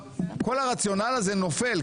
כל הרציונל הזה נופל,